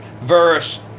verse